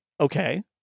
okay